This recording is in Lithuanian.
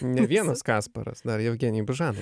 ne vienas kasparas dar jevgenij božano